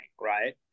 right